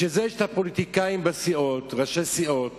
בשביל זה יש הפוליטיקאים בסיעות, ראשי סיעות